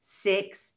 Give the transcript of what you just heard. six